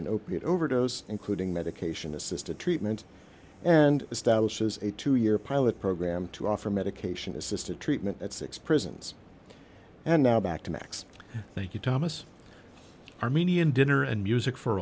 an opiate overdose including medication assisted treatment and establishes a two year pilot program to offer medication assisted treatment at six prisons and now back to max thank you thomas armenian dinner and music for